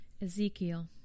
Ezekiel